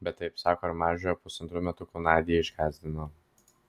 bet taip sako ir mažąją pusantrų metukų nadią išgąsdino